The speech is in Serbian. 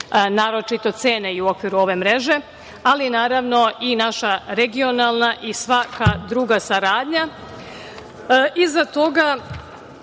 naročito cene i u okviru ove mreže, ali, naravno, i naša regionalna i svaka druga saradnja. Iza